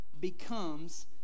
Becomes